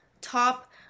top